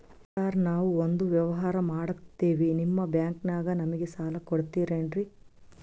Sir ನಾವು ಒಂದು ವ್ಯವಹಾರ ಮಾಡಕ್ತಿವಿ ನಿಮ್ಮ ಬ್ಯಾಂಕನಾಗ ನಮಿಗೆ ಸಾಲ ಕೊಡ್ತಿರೇನ್ರಿ?